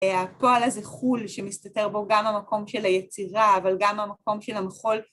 הפועל הזה חול שמסתתר בו גם המקום של היצירה, אבל גם המקום של המחול.